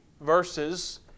verses